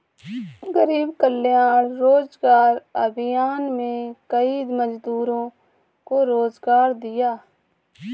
गरीब कल्याण रोजगार अभियान में कई मजदूरों को रोजगार दिया